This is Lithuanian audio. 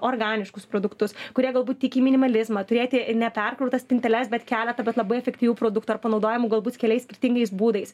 organiškus produktus kurie galbūt tik į minimalizmą turėti neperkrautas spinteles bet keletą bet labai efektyvių produktų ar panaudojamų galbūt keliais skirtingais būdais